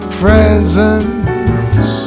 presents